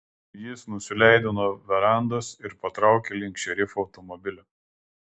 jis nusileido nuo verandos ir patraukė link šerifo automobilio